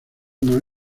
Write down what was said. una